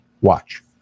Watch